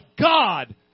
God